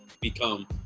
become